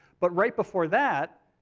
but right before that,